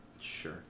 Sure